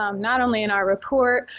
um not only in our report,